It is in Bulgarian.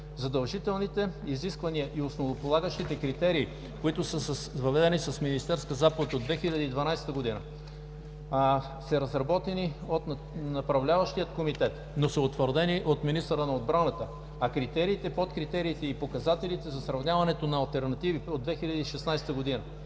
Задължителните изисквания и основополагащите критерии, които са с министерска заповед от 2012 г., са разработени от Направляващия комитет, но са утвърдени от министъра на отбраната, а критериите, подкритериите и показателите за сравняването на алтернативи от 2016 г.